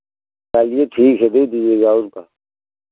आइए ठीक है दे दीजिएगा और का